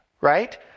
right